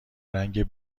رنگ